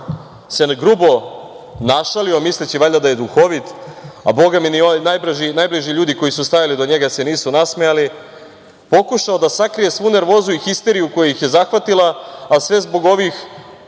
grubo našalio misleći valjda da je duhovit, a bogami ni ovi najbliži ljudi koji su stajali do njega se nisu nasmejali, pokušao da sakrije svu nervozu i histeriju koja ih je zahvatila, a sve zbog ovih